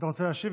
אתה רוצה להשיב?